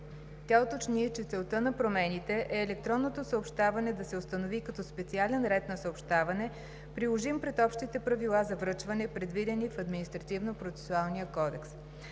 Тя уточни, че целта на промените е електронното съобщаване да се установи като специален ред на съобщаване, приложим пред общите правила за връчване, предвидени в Административнопроцесуалния кодекс.